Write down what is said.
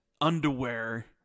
underwear